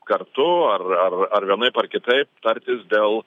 kartu ar ar ar vienaip ar kitaip tartis dėl